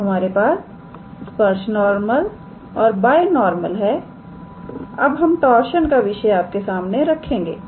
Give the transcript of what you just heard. तो हमारे पास स्पर्श नॉर्मल और बाय नॉर्मल हैअब हम टॉर्शन का विषय आपके सामने रखेंगे